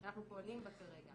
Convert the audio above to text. אנחנו פועלים בה כרגע.